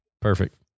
Perfect